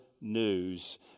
news